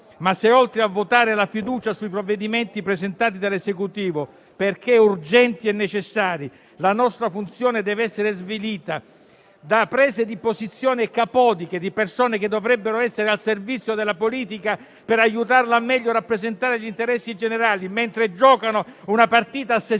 ma se, oltre a votare la fiducia sui provvedimenti presentati dall'Esecutivo perché urgenti e necessari, la nostra funzione dev'essere svilita da prese di posizione capotiche di persone che dovrebbero essere al servizio della politica per aiutarla a meglio rappresentare gli interessi generali, mentre giocano una partita a sé stante,